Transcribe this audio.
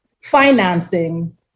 financing